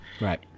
Right